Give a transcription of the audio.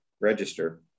register